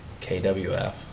KWF